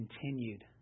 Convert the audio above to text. continued